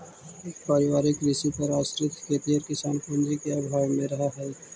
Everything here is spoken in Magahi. पारिवारिक कृषि पर आश्रित खेतिहर किसान पूँजी के अभाव में रहऽ हइ